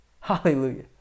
hallelujah